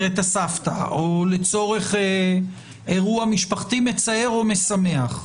את הסבתא או לצורך אירוע משפחתי מצער או משמח,